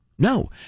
No